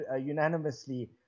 unanimously